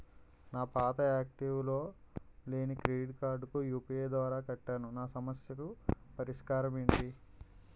నా పాత యాక్టివ్ లో లేని క్రెడిట్ కార్డుకు యు.పి.ఐ ద్వారా కట్టాను నా సమస్యకు పరిష్కారం ఎంటి?